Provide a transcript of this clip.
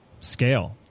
scale